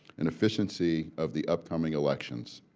and efficiency of the upcoming elections.